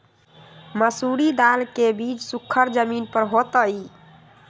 मसूरी दाल के बीज सुखर जमीन पर होतई?